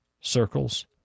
circles